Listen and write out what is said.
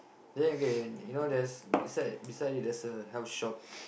then okay you know there's beside beside there's a health shop